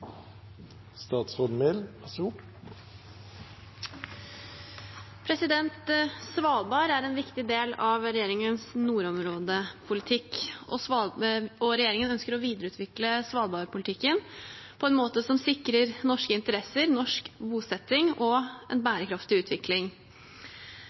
en viktig del av regjeringens nordområdepolitikk, og regjeringen ønsker å videreutvikle svalbardpolitikken på en måte som sikrer norske interesser, norsk bosetting og en